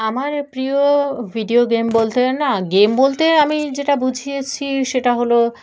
আমার প্রিয় video game বলতে না গেম বলতে আমি যেটা বুঝিয়েছি সেটা হলো